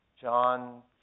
John